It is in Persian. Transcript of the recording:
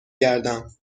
گردم